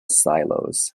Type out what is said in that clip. silos